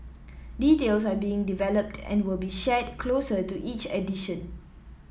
details are being developed and will be shared closer to each edition